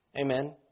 Amen